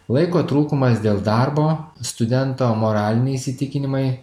laiko trūkumas dėl darbo studento moraliniai įsitikinimai